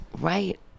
Right